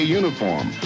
uniform